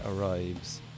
arrives